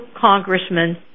Congressman